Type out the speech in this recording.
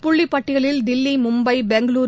புள்ளி பட்டியலில் தில்லி மும்பை பெங்களூரு